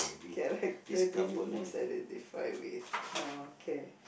character do you most identify with no okay